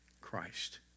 Christ